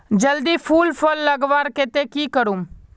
जल्दी फूल फल लगवार केते की करूम?